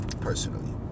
personally